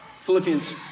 Philippians